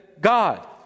God